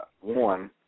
One